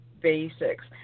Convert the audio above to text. basics